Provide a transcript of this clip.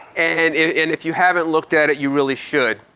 and if you haven't looked at it, you really should.